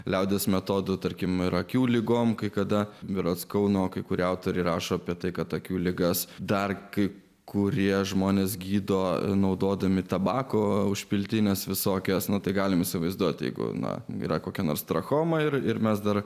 liaudies metodų tarkim ir akių ligom kai kada berods kauno kai kurie autoriai rašo apie tai kad akių ligas dar kai kurie žmones gydo naudodami tabako užpiltinės visokios nuo tai galime įsivaizduoti jeigu na yra kokia nors trachoma ir ir mes dar